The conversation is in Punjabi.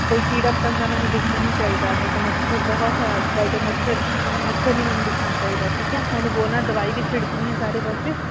ਕੋਈ ਕੀੜਾ ਪਤੰਗਾ ਮੈਨੂੰ ਦਿਖਣਾ ਨਹੀਂ ਚਾਹੀਦਾ ਨਹੀਂ ਤਾਂ ਮੱਛਰ ਬਹੁਤ ਹੈ ਅੱਜ ਕੱਲ੍ਹ ਅਤੇ ਮੱਛਰ ਮੱਛਰ ਨਹੀਂ ਮੈਨੂੰ ਦਿਖਣਾ ਚਾਹੀਦਾ ਠੀਕ ਹੈ ਉਹਨੂੰ ਬੋਲਣਾ ਹੈ ਦਵਾਈ ਵੀ ਛਿੜਕਣੀ ਹੈ ਸਾਰੇ ਪਾਸੇ